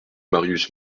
marius